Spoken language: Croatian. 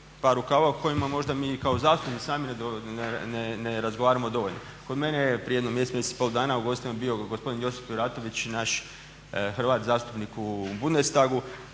par rukava o kojima možda mi kao zastupnici sami ne razgovaramo dovoljno. Kod mene je prije jedno mjesec, mjesec i pol dana u gostima bio gospodin Josip Juratović, naš Hrvat zastupnik u Bundestagu